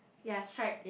ya striped